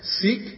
Seek